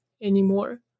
anymore